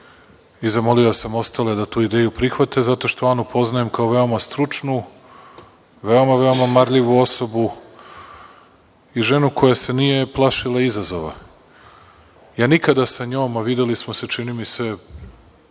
i zamolio sam ostale da tu ideju prihvate zato što Anu poznajem kao veoma stručnu, veoma mraljivu osobu i ženu koja se nije plašila izazova. Nikada sa njom, a videli smo se čini mi se,